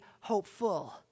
hopeful